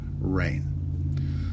rain